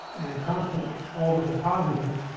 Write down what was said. and constant. all of which are positive.